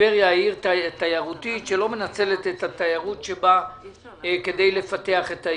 וטבריה היא עיר תיירותית שלא מנצלת את התיירות שבה כדי לפתח את העיר,